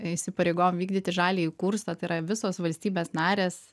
įsipareigojom vykdyti žaliąjį kursą tai yra visos valstybės narės